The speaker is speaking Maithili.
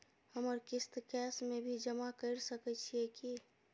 हमर किस्त कैश में भी जमा कैर सकै छीयै की?